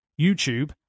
YouTube